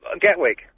Gatwick